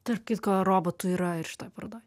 tarp kitko robotų yra ir šitoj parodoj